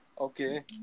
Okay